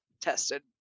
tested